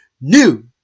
New